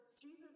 Jesus